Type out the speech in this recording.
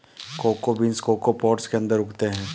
cocoa beans cocoa pods के अंदर उगते हैं